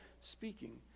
speaking